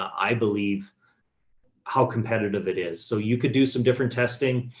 i believe how competitive it is. so you could do some different testing.